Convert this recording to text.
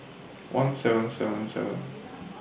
one seven seven seven